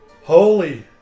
holy